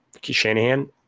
Shanahan